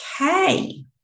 Okay